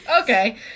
Okay